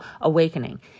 awakening